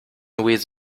with